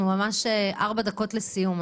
אנחנו ממש ארבע דקות לסיום.